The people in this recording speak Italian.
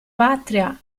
patria